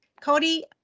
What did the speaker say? Cody